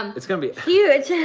um it's gonna be. huge.